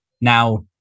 Now